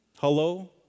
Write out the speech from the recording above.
Hello